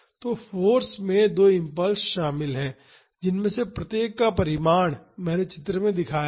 तो फाॅर्स में दो इम्पल्स शामिल हैं जिनमें से प्रत्येक का परिमाण मैंने चित्र में दिखाया है